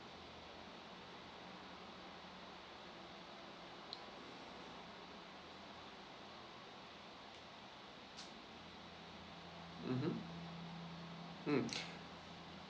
mmhmm mm